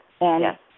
yes